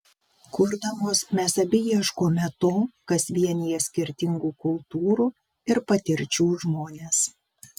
kurdamos mes abi ieškome to kas vienija skirtingų kultūrų ir patirčių žmones